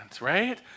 right